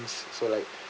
this so like